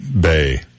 bay